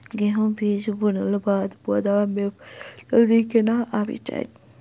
गेंहूँ बीज बुनला बाद पौधा मे फसल जल्दी केना आबि जाइत?